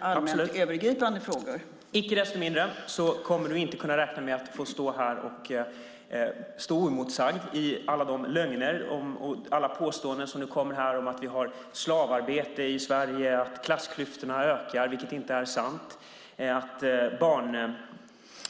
Absolut, icke desto mindre kommer Monica Green inte att kunna räkna med att få stå här oemotsagd i alla de lögner och påståenden som hon kommer med om att vi har slavarbete i Sverige, att klassklyftorna ökar, vilket inte är sant, att